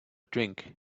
drink